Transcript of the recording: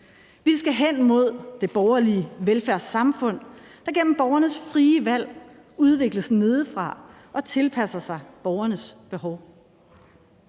Vi skal hen imod det borgerlige velfærdssamfund, der gennem borgernes frie valg udvikles nedefra og tilpasser sig borgernes behov.